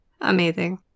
amazing